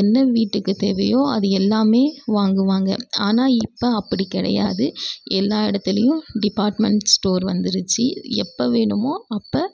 என்ன வீட்டுக்கு தேவையோ அது எல்லாமே வாங்குவாங்க ஆனால் இப்போ அப்படி கிடையாது எல்லா இடத்துலியும் டிபார்ட்மெண்ட் ஸ்டோர் வந்துருச்சி எப்போ வேணுமோ அப்போ